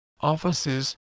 offices